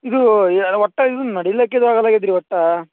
ಇದೂ ಎಲ್ಲ ಒಟ್ಟಾ ಇದು ನಡಿಲಿಕ್ಕೆ ಇದಾಗಲ್ಯಾಗದ ರೀ ಒಟ್ಟು